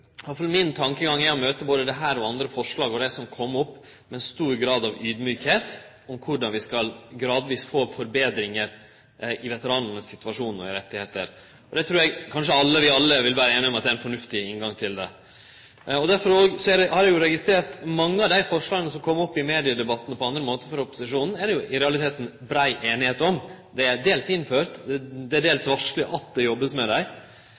min tankegang er, at vi må møte både dette forslaget og andre forslag som har kome opp, med ein stor grad av audmjukskap når det gjeld korleis vi gradvis skal forbetre veteranane sin situasjon og rettar. Det trur eg kanskje vi alle vil vere einige i at er ein fornuftig inngang til det. Eg har òg registrert at mange av dei forslaga som har kome i mediedebatten og på andre måtar frå opposisjonen, er det i realiteten brei semje om. Dei er dels innførte, og det er dels varsla at ein jobbar med dei.